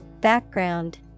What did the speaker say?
Background